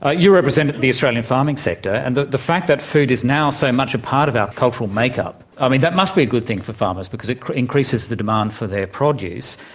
ah you represent the australian farming sector, and the the fact that food is now so much a part of our cultural make-up, i mean, that must be a good thing for farmers, because it increases the demand for their produce,